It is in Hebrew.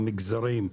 המגזרים,